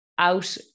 out